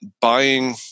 buying